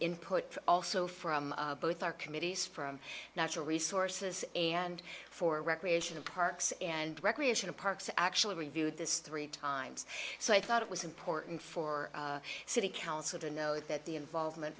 input also from both our committees from natural resources and for recreation and parks and recreation of parks actually reviewed this three times so i thought it was important for the city council to know that the involvement